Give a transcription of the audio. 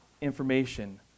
information